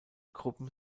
gruppen